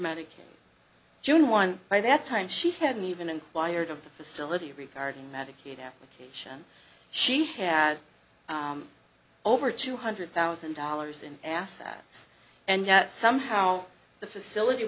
medicaid june one by that time she hadn't even inquired of the facility regarding medicaid application she had over two hundred thousand dollars in assets and yet somehow the facility